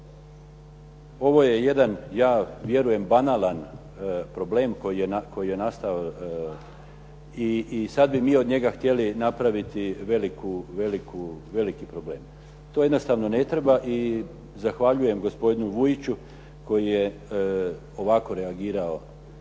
Ovo je jedan ja vjerujem banalan problem koji je nastao i sad bi mi od njega htjeli napraviti veliki problem. To jednostavno ne treba. I zahvaljujem gospodinu Vujiću koji je ovako reagirao